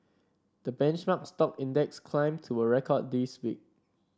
the benchmark stock index climbed to a record this week